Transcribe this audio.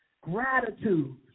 gratitude